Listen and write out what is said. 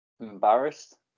Embarrassed